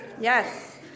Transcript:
yes